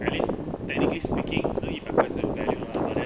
at least technically speaking you know 一百块是 value lah but then